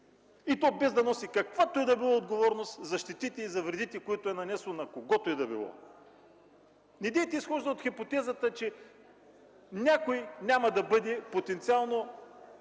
и то без да носи каквато и да било отговорност за щетите и за вредите, които е нанесла на когото и да било. Недейте да изхождате от хипотезата, че някой няма да бъде потенциално